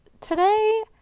today